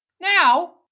now